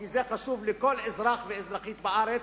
כי זה חשוב לכל אזרח ואזרחית בארץ.